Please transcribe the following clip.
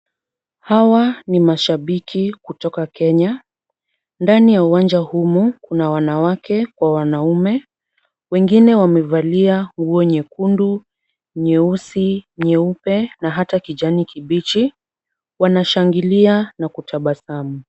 Hawa ni mashabiki kutoka Kenya. Ndani ya uwanja humu kuna wanawake kwa wanaume, wengine wamevalia nguo nyekundu, nyeusi, nyeupe na hata kijani kibichi, wanashangilia na kutabasamu.